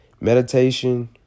Meditation